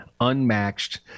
unmatched